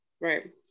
right